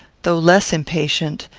though less impatient,